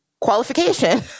qualification